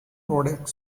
product